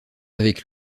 avec